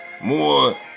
more